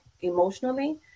emotionally